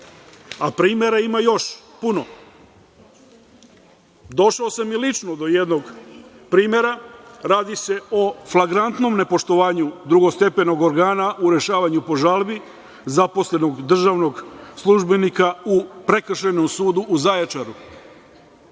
ima puno. Došao sam i lično do jednog primera. Radi se o flagrantnom nepoštovanju drugostepenog organa u rešavanju po žalbi zaposlenog državnog službenika u Prekršajnom sudu u